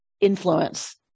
influence